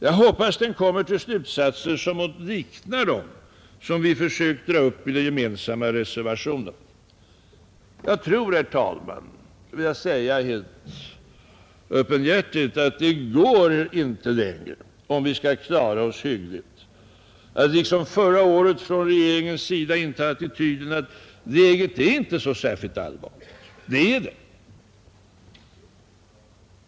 Jag hoppas att den kommer till slutsatser som liknar de linjer som vi försökt dra upp i den gemensamma reservationen. Jag vill helt öppenhjärtigt säga att det går helt enkelt inte längre, om vi skall klara oss hyggligt, att regeringen nu som förra året intar attityden att läget inte är så särskilt allvarligt. Det är det.